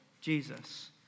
Jesus